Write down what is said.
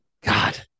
God